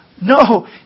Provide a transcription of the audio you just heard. No